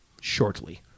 shortly